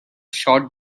short